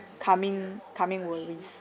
coming coming worries